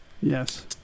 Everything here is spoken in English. Yes